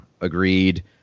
agreed